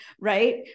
right